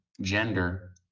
gender